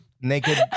naked